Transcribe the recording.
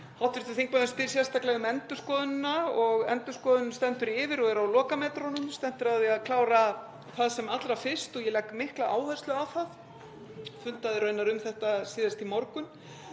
Hv. þingmaður spyr sérstaklega um endurskoðunina og endurskoðun stendur yfir og er á lokametrunum. Stefnt er að því að klára það sem allra fyrst og ég legg mikla áherslu á það, fundaði raunar um þetta síðast í morgun.